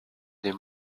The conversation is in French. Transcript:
des